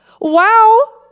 Wow